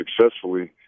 successfully